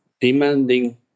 demanding